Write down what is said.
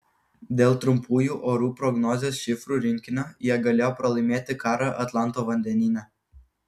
dėl trumpųjų orų prognozės šifrų rinkinio jie galėjo pralaimėti karą atlanto vandenyne